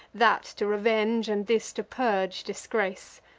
that to revenge, and this to purge disgrace.